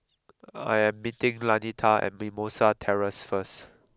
I am meeting Lanita at Mimosa Terrace first